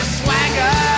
swagger